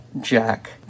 Jack